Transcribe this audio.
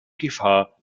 gefahr